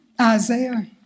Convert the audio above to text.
Isaiah